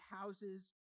houses